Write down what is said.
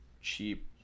cheap